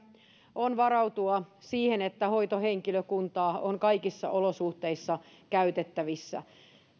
on varautua siihen että hoitohenkilökuntaa on kaikissa olosuhteissa käytettävissä